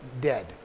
dead